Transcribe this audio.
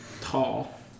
Tall